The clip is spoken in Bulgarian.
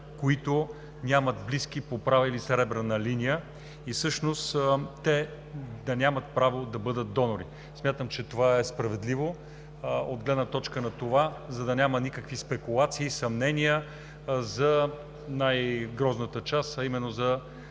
които нямат близки по права и съребрена линия, да нямат право да бъдат донори. Смятам, че това е справедливо от гледна точка на това да няма никакви спекулации, съмнения за най-грозната част, а именно за